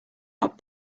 not